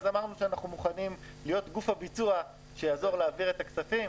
אמרנו שאנחנו מוכנים להיות גוף הביצוע שיעזור להעביר את הכספים.